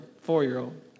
four-year-old